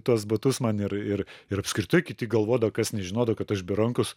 tuos batus man ir ir ir apskritai kiti galvodavo kas nežinodavo kad aš be rankos